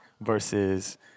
versus